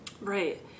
Right